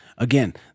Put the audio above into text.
again